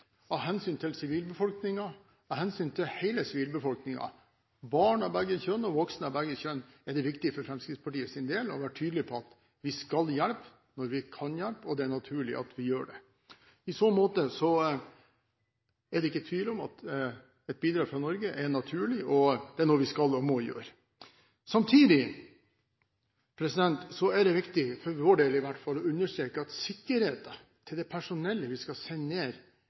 av hensyn til hele sivilbefolkningen – barn og voksne av begge kjønn. Det er viktig for Fremskrittspartiets del å være tydelig på at vi skal hjelpe når vi kan, og når det er naturlig at vi gjør det. I så måte er det ikke tvil om at et bidrag fra Norge er naturlig, og det er noe vi skal og må gjøre. Samtidig er det viktig å understreke – i hvert fall for vår del – at sikkerheten til personellet vi skal sende ned,